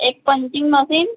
એક punching machine